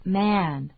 man